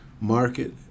market